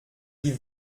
die